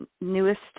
newest